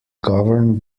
governed